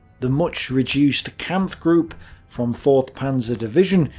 the much reduced kampfgruppe from fourth panzer division,